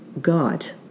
God